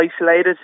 isolated